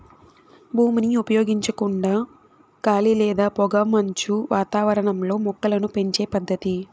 భూమిని ఉపయోగించకుండా గాలి లేదా పొగమంచు వాతావరణంలో మొక్కలను పెంచే పద్దతి